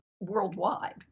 worldwide